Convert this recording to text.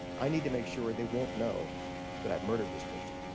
i need to make sure they won't know that i've murdered this person.